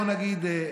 בוא נגיד,